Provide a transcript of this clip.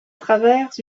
travers